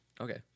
okay